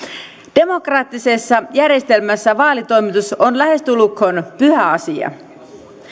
demokraattisessa järjestelmässä vaalitoimitus on lähestulkoon pyhä asia